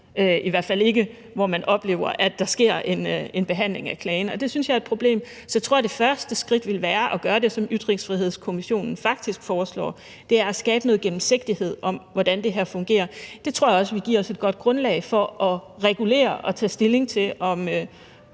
i hvert fald ikke, hvor man oplever, at der sker en behandling af klagen. Det synes jeg er et problem. Så jeg tror, at det første skridt ville være at gøre det, som Ytringsfrihedskommissionen faktisk foreslår, nemlig at skabe noget gennemsigtighed om, hvordan det her fungerer. Det tror jeg også vil give os et godt grundlag for at regulere og tage stilling til, om